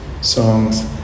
songs